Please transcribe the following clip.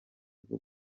bwo